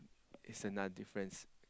it's another difference